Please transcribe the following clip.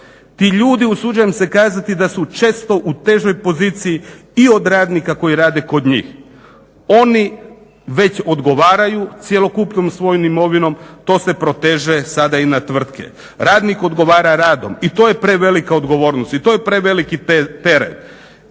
Ti ljudi, usuđujem se kazati da su često u težoj poziciji i od radnika koji rade kod njih, oni već odgovaraju cjelokupnom svojom imovinom to se proteže sada i na tvrtke. Radnik odgovara radom i to je prevelika odgovornost i to je preveliki teret